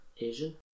Asian